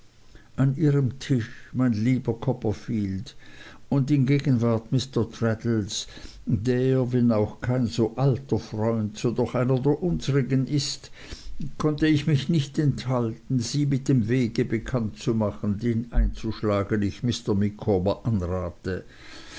an ihrem tisch mein lieber copperfield und in gegenwart mr traddles der wenn auch kein so alter freund so doch einer der unsrigen ist konnte ich mich nicht enthalten sie mit dem wege bekannt zu machen den einzuschlagen ich mr micawber anrate